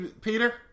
Peter